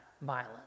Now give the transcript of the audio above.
violence